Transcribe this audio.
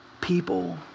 people